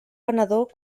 venedor